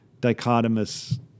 dichotomous